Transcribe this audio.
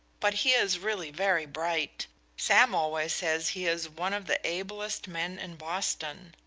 but he is really very bright sam always says he is one of the ablest men in boston.